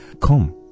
come